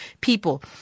people